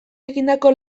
egindako